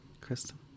Kristen